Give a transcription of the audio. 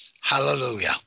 Hallelujah